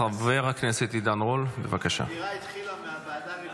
חבר הכנסת עידן רול, בבקשה, שלוש דקות.